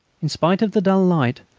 in spite of the dull light,